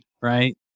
Right